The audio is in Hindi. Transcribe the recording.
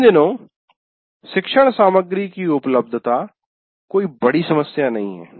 इन दिनों शिक्षण सामग्री की उपलब्धता कोई बड़ी समस्या नहीं है